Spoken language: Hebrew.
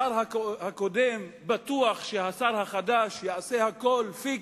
השר הקודם בטוח שהשר החדש יעשה הכול פיקס,